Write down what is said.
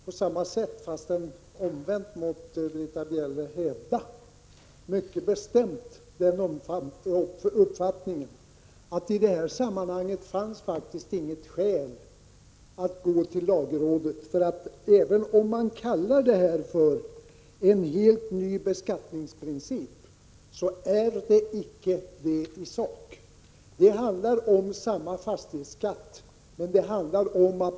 Fru talman! Jag kan på samma grund mycket bestämt hävda att det i detta sammanhang faktiskt inte finns något skäl att gå till lagrådet. Även om man kallar detta förslag för en helt ny beskattningsprincip, är det inte det i sak. Det handlar om samma fastighetsskatt som tidigare.